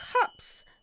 cups